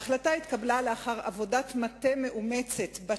ההחלטה התקבלה לאחר עבודת מטה מאומצת בת